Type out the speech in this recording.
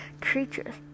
Creatures